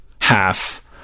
half